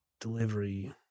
delivery